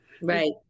Right